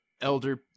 elder